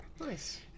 Nice